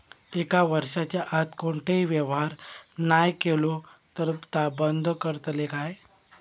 एक वर्षाच्या आत कोणतोही व्यवहार नाय केलो तर ता बंद करतले काय?